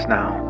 now